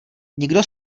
nikdo